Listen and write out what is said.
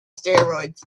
steroids